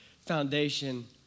foundation